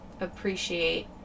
appreciate